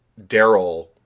Daryl